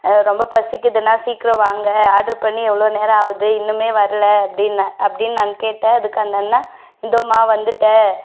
ரொம்ப பசிக்குதுணா சீக்கிரம் வாங்க ஆர்டர் பண்ணி எவ்வளோ நேரம் ஆகுது இன்னுமே வரல அப்படின்னே அப்படின்னு நான் கேட்டேன் அதுக்கு அந்த அண்ணா இதோமா வந்துட்டேன்